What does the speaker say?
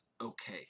okay